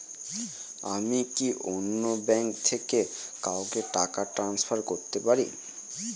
আমি কি অন্য ব্যাঙ্ক থেকে কাউকে টাকা ট্রান্সফার করতে পারি?